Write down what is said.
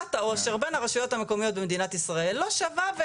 חלוקת העושר בין הרשויות המקומיות במדינת ישראל לא שווה,